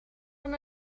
dan